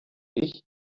ich